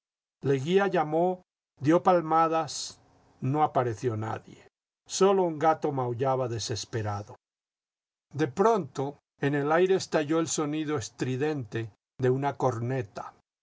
leguía llamó dio palmadas no apareció nadie sólo un gato maullaba desesperado de pronto en el aire estalló el sonido estridente de una corneta